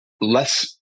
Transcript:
less